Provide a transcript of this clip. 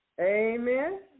Amen